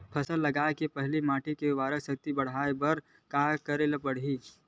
फसल लगाय के पहिली माटी के उरवरा शक्ति ल बढ़ाय बर का करेला पढ़ही?